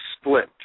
split